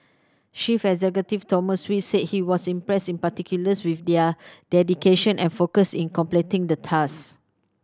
chief executive Thomas Wee said he was impressed in particular with their dedication and focus in completing the tasks